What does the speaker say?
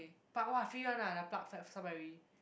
but !wah! free one ah the pluck strawberry